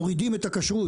מורידים את הכשרות,